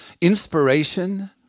inspiration